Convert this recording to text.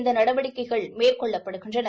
இந்த நடவடிக்கைகள் மேற்கொள்ளப்படுகின்றன